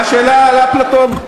מה השאלה על אפלטון?